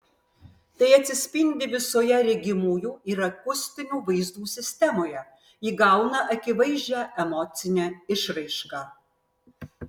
tai atsispindi visoje regimųjų ir akustinių vaizdų sistemoje įgauna akivaizdžią emocinę išraišką